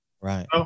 right